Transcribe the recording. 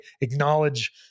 acknowledge